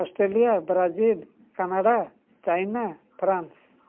Australia Brazil Canada China France